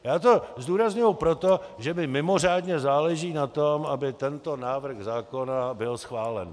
Já to zdůrazňuji proto, že mi mimořádně záleží na tom, aby tento návrh zákona byl schválen.